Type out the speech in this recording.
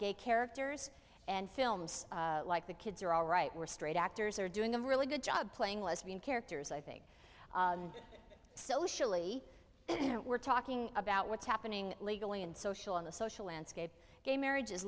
gay characters and films like the kids are all right we're straight actors are doing a really good job playing lesbian characters i think socially and we're talking about what's happening legally and socially on the social landscape gay marriage